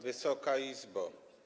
Wysoka Izbo!